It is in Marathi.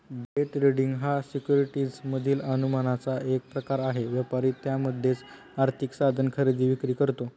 डे ट्रेडिंग हा सिक्युरिटीज मधील अनुमानाचा एक प्रकार आहे, व्यापारी त्यामध्येच आर्थिक साधन खरेदी विक्री करतो